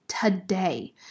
today